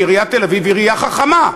כי עיריית תל-אביב היא עירייה חכמה,